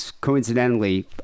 coincidentally